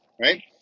Right